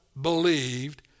believed